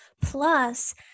Plus